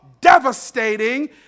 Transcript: devastating